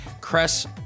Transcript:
Cress